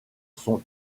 sont